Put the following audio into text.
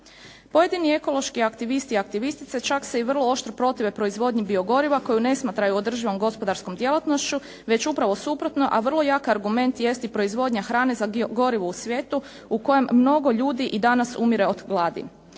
Pojedini ekološki aktivisti i aktivistice čak se i vrlo oštro protive proizvodnji biogoriva koju ne smatraju održivom gospodarskom djelatnošću, već upravo suprotno a vrlo jak argument jest i proizvodnja hrane za gorivo u svijetu u kojem mnogo ljudi i danas umire od gladi.